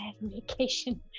vacation